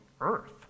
earth